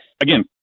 Again